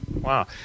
Wow